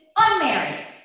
unmarried